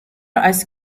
ice